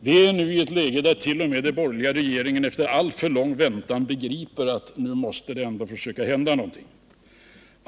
Vi är nu i ett läge där t.o.m. den borgerliga regeringen efter alltför lång väntan begriper att det ändå måste hända någonting.